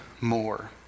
more